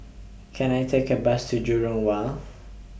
Can I Take A Bus to Jurong Wharf